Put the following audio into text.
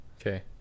Okay